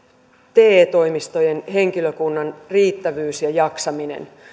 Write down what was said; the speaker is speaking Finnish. te toimistojen henkilökunnan riittävyys ja jaksaminen